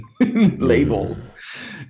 Labels